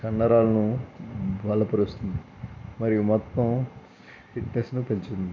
కండరాలను బలపరుస్తుంది మరియు మొత్తం ఫిట్నెస్ పెంచుతుంది